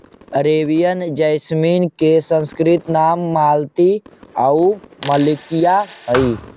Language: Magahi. अरेबियन जैसमिन के संस्कृत नाम मालती आउ मल्लिका हइ